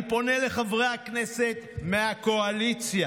אני פונה לחברי הכנסת מהקואליציה,